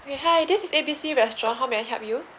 !hey! hi this is A B C restaurant how may I help you